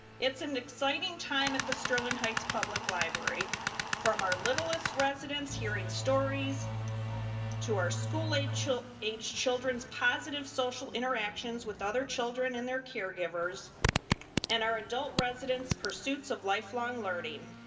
it's an exciting time at the sterling heights public library from our littlest residents. hearing stories to our school age, children ah age, children's positive social interactions with other children and their caregivers and our adult residents. pursuits of lifelong learning.